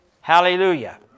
Hallelujah